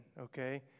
okay